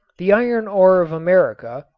the iron ore of america,